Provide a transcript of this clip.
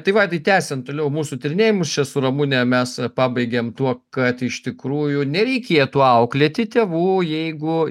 taip vaidai tęsiant toliau mūsų tyrinėjimus čia su ramune mes pabaigėm tuo kad iš tikrųjų nereikėtų auklėti tėvų jeigu